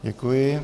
Děkuji.